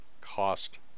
cost